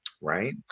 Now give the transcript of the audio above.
right